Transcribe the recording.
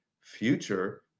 future